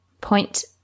point